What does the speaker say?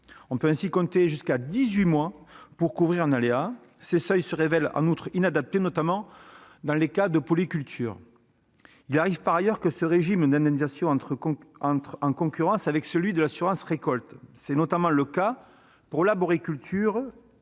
On peut ainsi compter jusqu'à dix-huit mois pour couvrir un aléa. Ses seuils se révèlent en outre inadaptés, notamment en cas de polyculture. Il arrive par ailleurs que ce régime d'indemnisation entre en concurrence avec celui de l'assurance récolte. C'est notamment le cas pour l'arboriculture